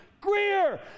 Greer